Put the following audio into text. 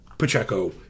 pacheco